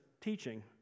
teaching